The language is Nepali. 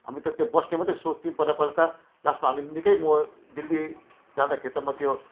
हामी त त्यो बस्ने मात्रै सोच्थ्यौँ पहिला पहिला त लास्टमा हामी निकै म दिल्ली जाँदाखेरि त म त्यो